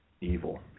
evil